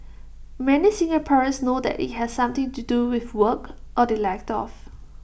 many Singaporeans know that IT has something to do with work or the lack of